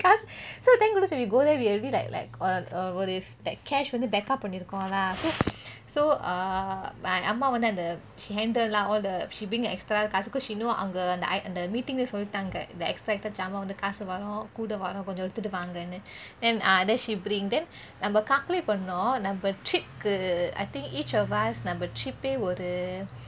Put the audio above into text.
so then because you know we go there we already like like err ஒரு:oru like cash வந்து:vanthu backup பண்ணிருக்கோம்:pannirukom lah so so err my அம்மா வந்து அந்த:amma vanthu antha she handle lah all the she bring her lah extra காசு:kaasu because she know அங்க அந்த:ange antha meeting லே சொல்லிட்டாங்க:le sollitaange the extra ஜாமான் வந்து காசு வரும் கூட வரும் கொஞ்சம் எடுத்து வாங்கனு:jaamaan vanthu kaasu varum koode varum konjam yeduttu vangenu then ah then she bring then நம்ம:namma calculate பண்ணோம் நம்ம:pannom namma trip I think each of us நம்ம:namma trip eh ஒரு:oru